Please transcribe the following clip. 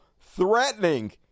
threatening